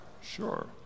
sure